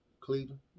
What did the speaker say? Cleveland